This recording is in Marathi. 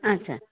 अच्छा